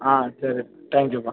ஆ சரிப்பா தேங்க்யூப்பா